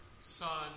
Son